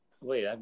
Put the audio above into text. Wait